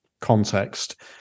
context